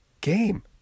game